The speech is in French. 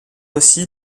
aussi